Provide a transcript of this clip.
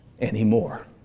anymore